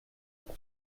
pour